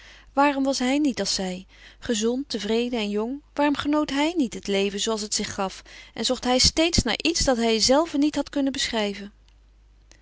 waarom was hij niet als zij gezond tevreden en jong waarom genoot hij niet het leven zooals het zich gaf en zocht hij steeds naar iets dat hij zelve niet had kunnen beschrijven